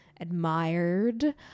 admired